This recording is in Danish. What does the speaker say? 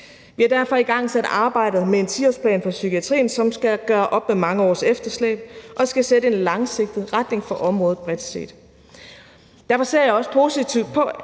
Vi har derfor igangsat arbejdet med en 10-årsplan for psykiatrien, som skal gøre op med mange års efterslæb og skal sætte en langsigtet retning for området bredt set. Derfor ser jeg også positivt på